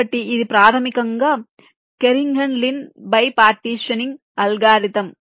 కాబట్టి ఇది ప్రాథమికంగా Kernighan Lin bipartitioning algorithm